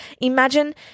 Imagine